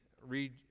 read